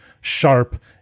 sharp